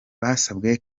basabwe